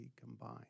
combined